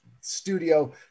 studio